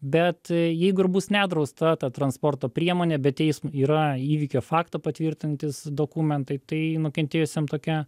bet jeigu ir bus nedrausta ta transporto priemonė be teism yra įvykio faktą patvirtinantys dokumentai tai nukentėjusiam tokia